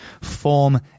form